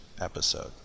episode